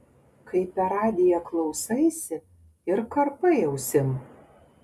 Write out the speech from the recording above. kai per radiją klausaisi ir karpai ausim